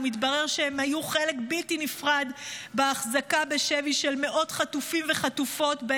ומתברר שהם היו חלק בלתי נפרד בהחזקה של מאות חטופים וחטופות בשבי,